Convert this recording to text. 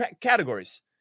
categories